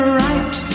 right